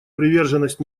приверженность